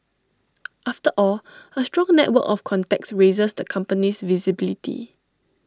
after all A strong network of contacts raises the company's visibility